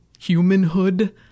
humanhood